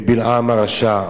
מבלעם הרשע.